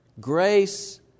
Grace